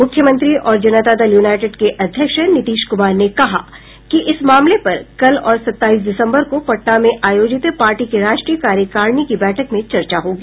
मुख्यमंत्री और जनता दल यूनाईटेड के अध्यक्ष नीतीश कुमार ने कहा कि इस मामले पर कल और सताईस दिसम्बर को पटना में आयोजित पार्टी की राष्ट्रीय कार्यकारिणी की बैठक में चर्चा होगी